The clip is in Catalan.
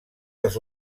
dels